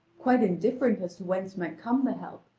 quite indifferent as to whence might come the help,